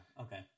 okay